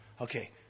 Okay